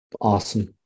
Awesome